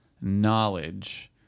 knowledge